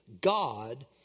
God